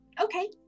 Okay